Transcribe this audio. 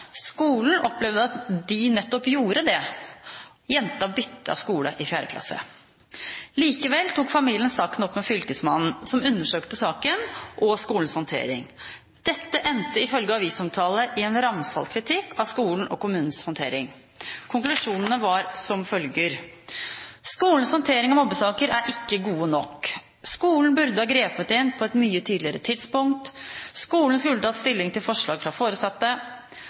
Skolen opplevde at de nettopp gjorde det. Jenta byttet skole i 4. klasse. Likevel tok familien saken opp med fylkesmannen, som undersøkte saken og skolens håndtering. Dette endte ifølge avisomtale i en ramsalt kritikk av skolen og kommunens håndtering. Konklusjonene var som følger: Skolens håndtering av mobbesaker er ikke god nok. Skolen burde ha grepet inn på et mye tidligere tidspunkt. Skolen skulle tatt stilling til forslag fra foresatte.